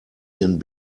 ihren